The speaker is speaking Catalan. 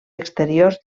exteriors